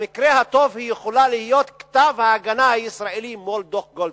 במקרה הטוב היא יכולה להיות כתב ההגנה הישראלי מול דוח-גולדסטון,